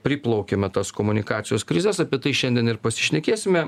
priplaukėme tos komunikacijos krizes apie tai šiandien ir pasišnekėsime